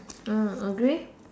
hmm agree